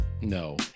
No